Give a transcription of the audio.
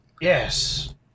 Yes